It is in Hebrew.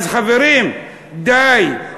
אז, חברים, די.